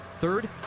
Third